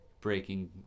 breaking